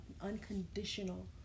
unconditional